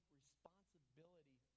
responsibility